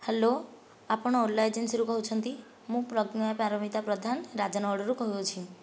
hello ଆପଣ ଓଲା ଏଜନ୍ସିରୁ କହୁଛନ୍ତି ମୁଁ ପ୍ରଜ୍ଞା ପାରମିତା ପ୍ରଧାନ ରାଜନଗରରୁ କହୁଅଛି